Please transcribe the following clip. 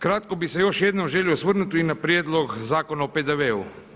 Kratko bih se još jednom želio osvrnuti i na prijedlog Zakona o PDV-u.